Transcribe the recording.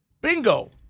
Bingo